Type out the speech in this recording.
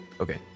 Okay